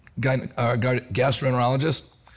gastroenterologist